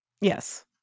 Yes